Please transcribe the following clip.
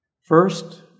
First